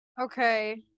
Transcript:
okay